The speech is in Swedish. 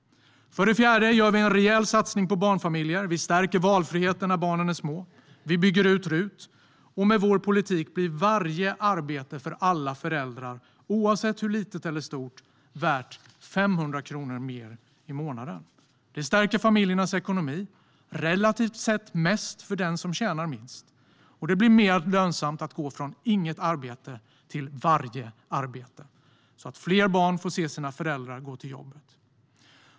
För det fjärde gör vi en rejäl satsning på barnfamiljer. Vi stärker valfriheten när barnen är små. Vi bygger ut RUT, och med vår politik blir varje arbete för alla föräldrar - oavsett hur litet eller stort det är - värt 500 kronor mer i månaden. Det stärker familjernas ekonomi - relativt sett mest för den som tjänar minst. Och det blir mer lönsamt att gå från inget arbete till varje arbete. På så sätt får fler barn se sina föräldrar gå till jobbet.